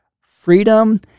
freedom